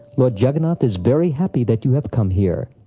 lord jagannath is very happy that you have come here.